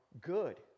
good